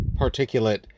particulate